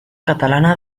catalana